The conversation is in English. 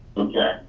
okay,